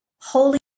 holy